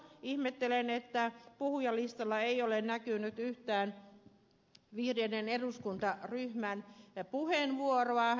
ihmettelen että puhujalistalla ei ole näkynyt yhtään vihreiden eduskuntaryhmän puheenvuoroa ed